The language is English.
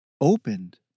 opened